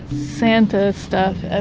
santa stuff and